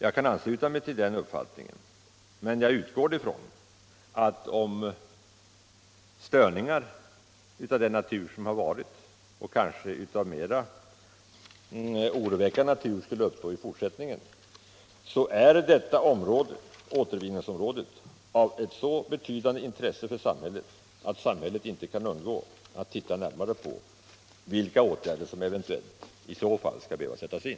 Jag kan ansluta mig till den uppfattningen, men jag utgår från att om störningar av den natur som har varit — och kanske även av mera oroväckande natur — skulle uppstå i fortsättningen är detta område, återvinningsområdet, av ett så betydande intresse för samhället att samhället inte kan undgå att närmare undersöka vilka åtgärder som i så fall eventuellt skall behöva sättas in.